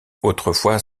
autrefois